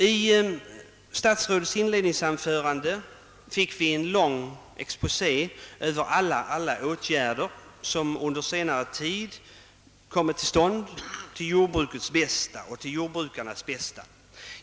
I statsrådets inledningsanförande fick vi en lång exposé över alla åtgärder till jordbrukets och jordbrukarnas bästa som under senare tid kommit till stånd.